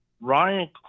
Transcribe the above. Ryan